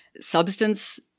substance